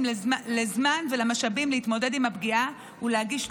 לזמן ולמשאבים כדי להתמודד עם הפגיעה ולהגיש תלונה,